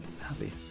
happy